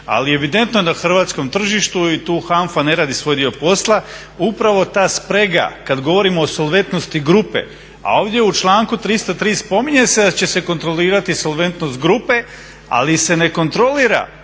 Ali evidentno na hrvatskom tržištu i tu HANFA ne radi svoj dio posla, upravo ta sprega kad govorimo o solventnosti grupe, a ovdje u članku 303. spominje se da će se kontrolirati solventnost grupe ali se ne kontrolira